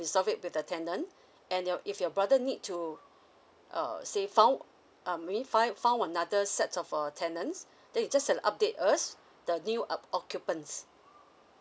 resolved it with the tenand and your if your brother need to err say found I mean found found another set of err tenants he just need to update us the new occ~ occupants